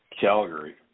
Calgary